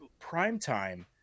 primetime